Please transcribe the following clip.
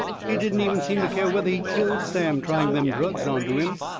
he didn't even seem to care whether he killed sam trying them drugs onto him.